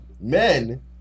men